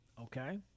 Okay